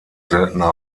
seltener